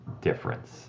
difference